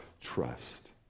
trust